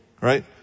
right